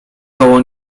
koło